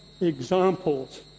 examples